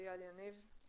איל יניב.